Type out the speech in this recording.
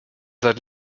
seit